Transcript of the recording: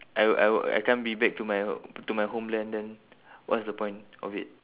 I will I will I can't be back to my to my homeland then what's the point of it